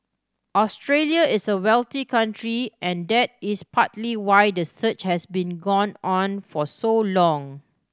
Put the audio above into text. Australia is a wealthy country and that is partly why the search has been gone on for so long